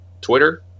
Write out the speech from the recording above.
Twitter